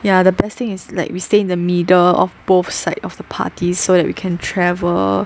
ya the best thing is like we stay in the middle of both side of the parties so that we can travel